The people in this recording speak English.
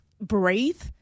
breathe